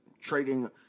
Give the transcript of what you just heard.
trading